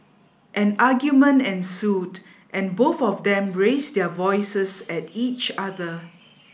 an argument ensued and both of them raised their voices at each other